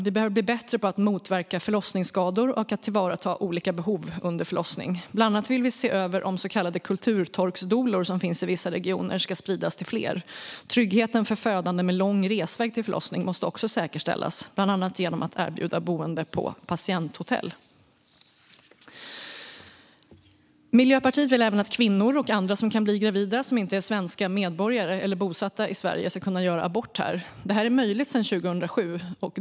Vi behöver bli bättre på att motverka förlossningsskador och att tillvarata olika behov under förlossning. Bland annat vill vi se över om så kallade kulturtolksdoulor som finns i vissa regioner ska spridas till fler. Tryggheten för födande med lång resväg till förlossning måste också säkerställas, bland annat genom att erbjuda boende på patienthotell. Miljöpartiet vill även att kvinnor och andra som kan bli gravida som inte är svenska medborgare eller bosatta i Sverige ska kunna göra abort här. Det är möjligt sedan 2007.